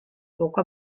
poco